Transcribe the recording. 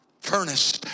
furnace